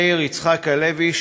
מאיר יצחק הלוי,